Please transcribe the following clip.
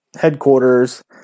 headquarters